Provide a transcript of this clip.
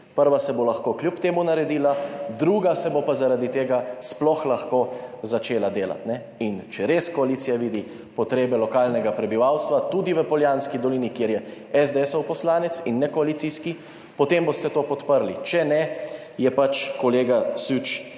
Prva se bo lahko kljub temu naredila, druga se bo pa zaradi tega sploh lahko začela delati. In če res koalicija vidi potrebe lokalnega prebivalstva tudi v Poljanski dolini, kjer je poslanec SDS in ne koalicijski, potem boste to podprli. Če ne, je pač kolega Süč